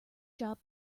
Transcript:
job